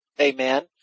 Amen